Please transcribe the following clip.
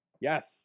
Yes